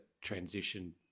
transition